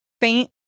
faint